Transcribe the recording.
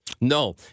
No